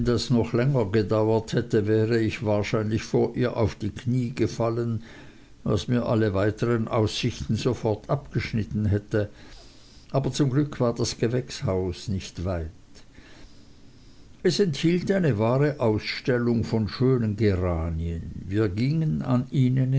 das noch länger gedauert hätte wäre ich wahrscheinlich vor ihr auf die kniee gefallen was mir alle weiteren aussichten sofort abgeschnitten hätte aber zum glück war das gewächshaus nicht weit es enthielt eine wahre ausstellung von schönen geranien wir gingen an ihnen